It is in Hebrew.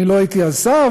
אני לא הייתי אז שר,